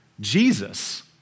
Jesus